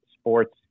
sports